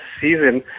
season